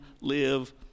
live